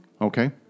Okay